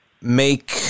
make